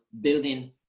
building